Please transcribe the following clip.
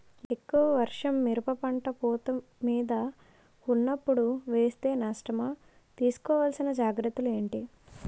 ఎక్కువ వర్షం మిరప పంట పూత మీద వున్నపుడు వేస్తే నష్టమా? తీస్కో వలసిన జాగ్రత్తలు ఏంటి?